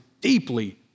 deeply